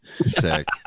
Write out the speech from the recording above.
Sick